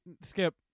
Skip